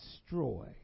destroy